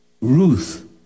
Ruth